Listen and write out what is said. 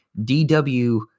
DW